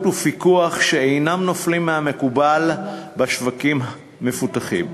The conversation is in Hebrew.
ופיקוח שאינם נופלים מהמקובל בשווקים מפותחים.